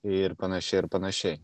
ir panašiai ir panašiai